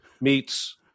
meets